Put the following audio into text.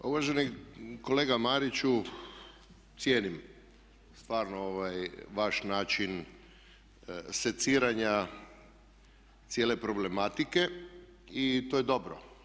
Pa uvaženi kolega Mariću cijenim stvarno vaš način seciranja cijele problematike i to je dobro.